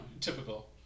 typical